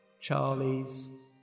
Charlie's